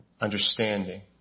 understanding